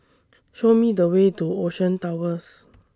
Show Me The Way to Ocean Towers